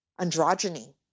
androgyny